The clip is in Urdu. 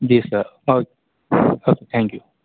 جی سر اور تھینک یو